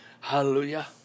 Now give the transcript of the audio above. Hallelujah